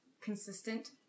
consistent